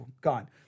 gone